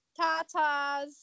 tatas